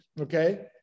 okay